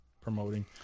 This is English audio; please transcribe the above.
promoting